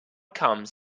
comes